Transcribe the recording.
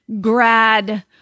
grad